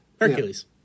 Hercules